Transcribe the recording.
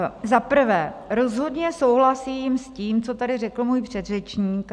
Za prvé: rozhodně souhlasím s tím, co tady řekl můj předřečník.